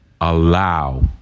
allow